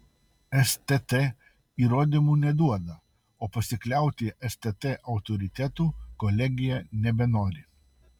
stt įrodymų neduoda o pasikliauti stt autoritetu kolegija nebenori